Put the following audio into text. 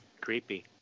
creepy